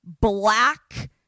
black